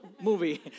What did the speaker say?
movie